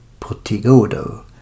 portigodo